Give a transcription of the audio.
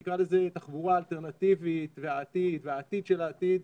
נקרא לזה תחבורה אלטרנטיבית והעתיד והעתיד של העתיד,